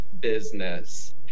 business